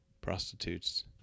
prostitutes